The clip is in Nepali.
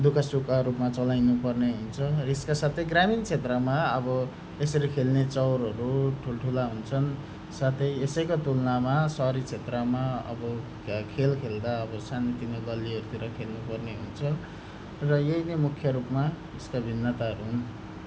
दुःखसुखहरूमा चलाइनु पर्ने हुन्छ र यसका साथै ग्रामीण क्षेत्रमा अब यसरी खेल्ने चौरहरू ठुल्ठुला हुन्छन् साथै यसैका तुलनामा सहरी क्षेत्रमा अब खेल खेल्दा अब सानोतिनो गल्लीहरूतिर खेल्नुपर्ने हुन्छ र यही नै मुख्य रूपमा यसका भिन्नताहरू हुन्